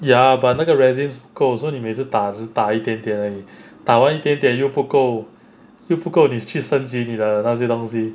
ya but 那个 resins 不够 so 你每次打只是打一点点而已打完一点点又不够不够你去升级那些东西